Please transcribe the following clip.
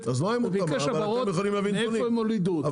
וביקש הבהרות איפה הם הולידו אותם.